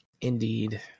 Indeed